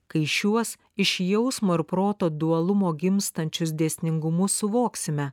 kai šiuos iš jausmo ir proto dualumo gimstančius dėsningumus suvoksime